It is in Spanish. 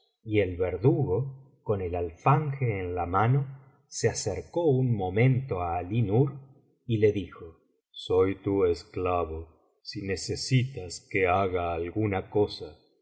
y el verdugo con el alfanje en la mano se acercó un momento á alí nur y le dijo soy tu esclavo si necesitas que haga alguna cosa